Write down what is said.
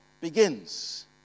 begins